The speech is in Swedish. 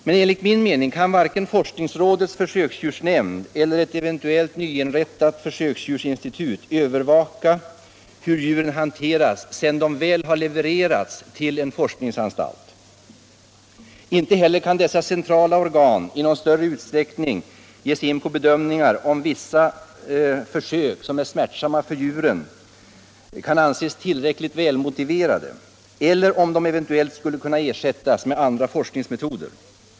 Men enligt min mening kan varken forskningsrådets försöksdjursnämnd eller ett eventuellt nyinrättat försöksdjursinstitut övervaka hur djuren hanteras sedan de väl har levererats till en forskningsanstalt. Inte heller kan dessa centrala organ i någon större utsträckning ge sig in på att bedöma om vissa för djuren smärtsamma försök kan anses tillräckligt välmotiverade eller om de eventuellt skulle kunna ersättas med andra forskningsmetoder.